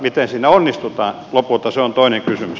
miten siinä onnistutaan lopulta se on toinen kysymys